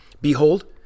Behold